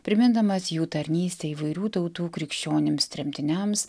primindamas jų tarnystę įvairių tautų krikščionims tremtiniams